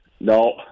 No